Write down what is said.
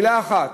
מילה אחת,